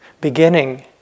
beginning